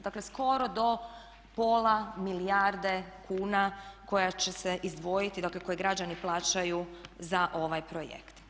Dakle, skoro do pola milijarde kuna koje će se izdvojiti, dakle koje građani plaćaju za ovaj projekt.